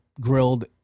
grilled